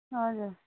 हजुर